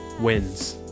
Wins